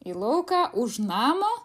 į lauką už namo